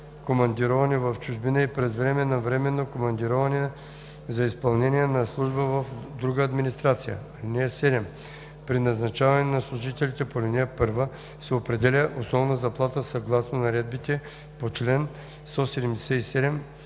командироване в чужбина и през време на временно командироване за изпълнение на служба в друга администрация. (7) При назначаването на служителите по ал. 1 се определя основна заплата съгласно наредбата по чл. 177,